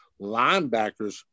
linebackers